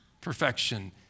perfection